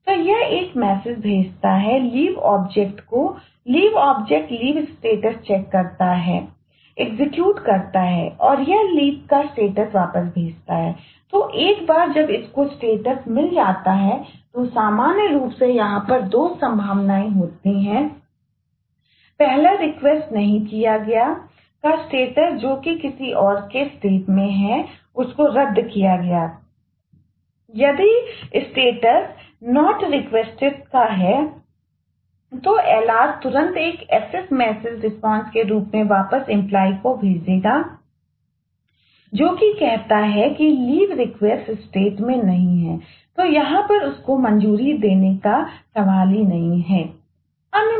तो यह एक मैसेज में नहीं है तो यहां पर उसको मंजूरी देने का सवाल ही नहीं है